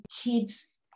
kids